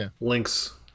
links